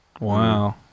Wow